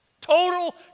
Total